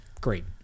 Great